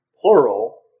plural